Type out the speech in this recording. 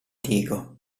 diego